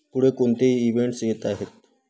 पुढे कोणते इवेंट्स येत आहेत